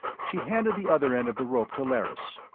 she handed the other end of the rope to lerrys.